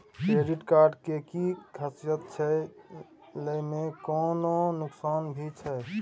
Credit card के कि खासियत छै, लय में कोनो नुकसान भी छै?